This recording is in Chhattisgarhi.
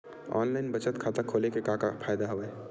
ऑनलाइन बचत खाता खोले के का का फ़ायदा हवय